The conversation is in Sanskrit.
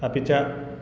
अपि च